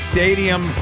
Stadium